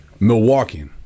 Milwaukee